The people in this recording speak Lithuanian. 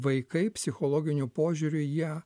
vaikai psichologiniu požiūriu jie